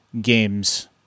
games